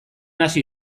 hasi